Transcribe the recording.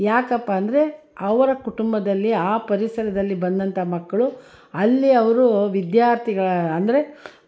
ಏಕಪ್ಪ ಅಂದರೆ ಅವರ ಕುಟುಂಬದಲ್ಲಿ ಆ ಪರಿಸರದಲ್ಲಿ ಬಂದಂಥ ಮಕ್ಕಳು ಅಲ್ಲಿ ಅವರು ವಿದ್ಯಾರ್ಥಿಗ ಅಂದರೆ